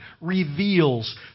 reveals